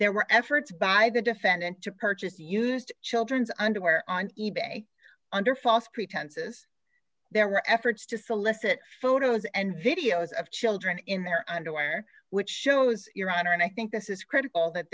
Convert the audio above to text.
there were efforts by the defendant to purchase used children's underwear on e bay under false pretenses there were efforts to solicit photos and videos of children in their underwear which shows your honor and i think this is critical that